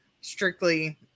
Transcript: strictly